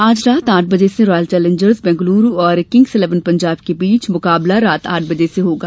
आज रात आठ बजे से रॉयल चैलेंजर्स बेंगलोर और किंग्स इलेवन पंजाब के बीच मुकाबला रात आठ बजे से षुरू होगा